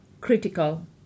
critical